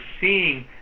seeing